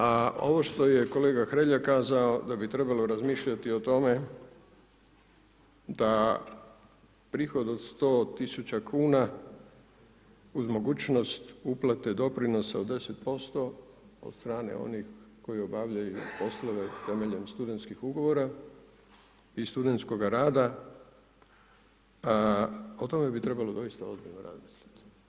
A ovo što je kolega Hrelja kazao da bi trebalo razmišljati o tome da prihod od 100 tisuća kuna uz mogućnost uplate doprinosa od 10% od strane onih koji obavljaju poslove temeljem studentskih ugovora i studentskoga rada o tome bi trebalo doista ozbiljno razmisliti.